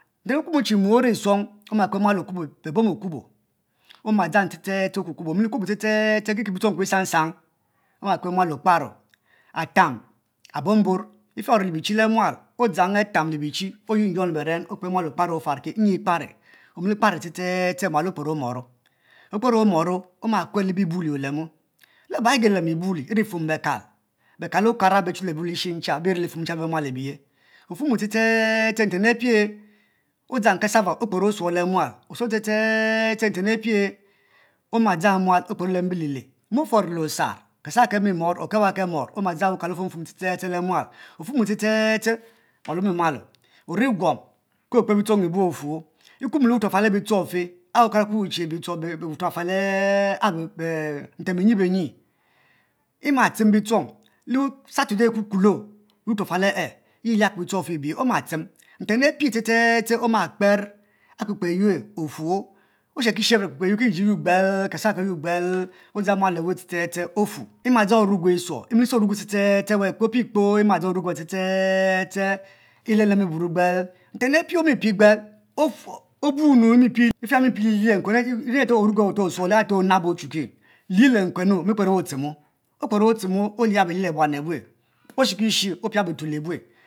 Nten akuom kuom che mu ori soung oma kper be bom okubo oma zdang te tete oku kubo okubo ste ste ste ki ki bi sang sang oma kper mual okparo atam abambor ofe ori le bichi le mual odzang atam le bichi oyiyong le beren okper mual okpero ofaki nyi kparo, emili kparo ste ste ste, mual okper omorro, okpero omorro omakue le be buli olemo be gu lemo be buw wri fuom bekal bekal okara beri li furan ncha nfuom ste ste ste nten apie odzang cassava nche kper osuo le mual osuo ste ste stenten apie oma dzang mual obur leme lele mom ofe ya ori a osar cassava ke mor or kegilimor odzang wukal ofuom ste ste ste le mual ofuomo ste ste ste e mual omimalo ori puom bituong ibu ofuo, ikuo le wurafal e bitchong fe e okara beku ki wutrafal e nten benyi benyi emmaten bitchong le saturday ekukulor wutrafal e liaki bitchong te ebiyi oma tem nten apie ste ste ste oma kper akpekpe ayue offuor oshbki shebi akpekpe aye ki ji eyour gbel ke cassava ke yuor gbel odzang mual owen ste ste ste offuo ema dzang orugo isuo emilisuo orugo e gbel li le nkuenu omiikpero ewu ochimo okper otimo olia belie le buan ebue oshiki she opie binyin ebue